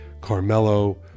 Carmelo